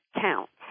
counts –